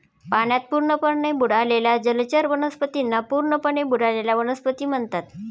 पाण्यात पूर्णपणे बुडालेल्या जलचर वनस्पतींना पूर्णपणे बुडलेल्या वनस्पती म्हणतात